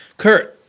curt,